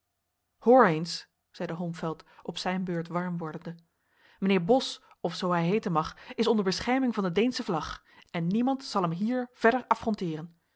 zeide holmfeld op zijn beurt warm wordende mijnheer bos of zoo hij heeten mag is onder bescherming van de deensche vlag en niemand zal hem hier verder